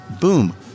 Boom